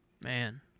Man